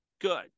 good